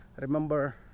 remember